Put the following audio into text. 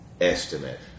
estimate